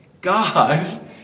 God